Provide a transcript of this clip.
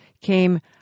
came